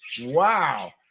wow